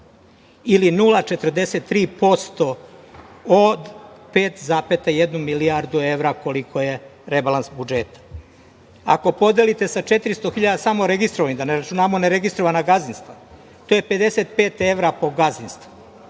Ili, 0,43% od 5,1 milijardu evra, koliko je rebalans budžeta. Ako podelite sa 400 hiljada samo registrovanih, da ne računamo neregistrovana gazdinstva, to je 55 evra po gazdinstvu.